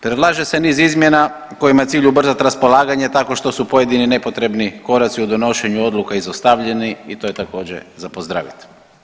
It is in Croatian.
Predlaže se niz izmjena kojima je cilj ubrzati raspolaganje tako što su nepotrebni koraci u donošenju odluka izostavljeni i to je također za pozdraviti.